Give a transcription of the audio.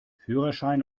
führerschein